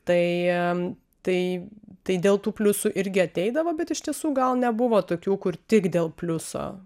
tai tai tai dėl tų pliusų irgi ateidavo bet iš tiesų gal nebuvo tokių kur tik dėl pliuso